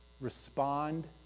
respond